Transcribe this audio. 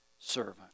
servant